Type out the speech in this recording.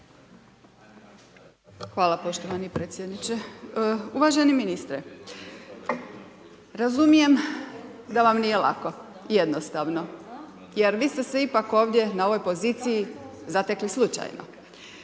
Hvala poštovani predsjedniče. Uvaženi ministre, razumijem da vam nije lako, jednostavno. Jer vi ste se ipak ovdje na ovoj poziciji zatekli slučajno.